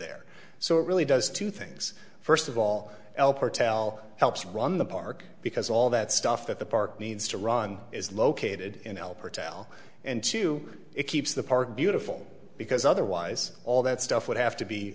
there so it really does two things first of all l per tell helps run the park because all that stuff that the park needs to run is located in helper tell and two it keeps the park beautiful because otherwise all that stuff would have to be